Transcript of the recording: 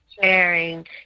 sharing